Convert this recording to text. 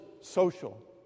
social